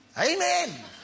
Amen